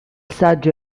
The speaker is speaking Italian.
saggio